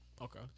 Okay